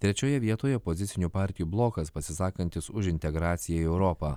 trečioje vietoje opozicinių partijų blokas pasisakantys už integraciją į europą